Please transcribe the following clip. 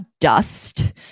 dust